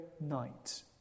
night